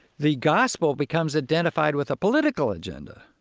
the gospel becomes identified with a political agenda,